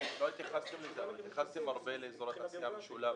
לא התייחסת לזה אבל התייחסתם הרבה לאזור תעשייה משולב.